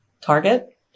target